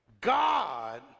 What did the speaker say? God